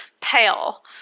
pale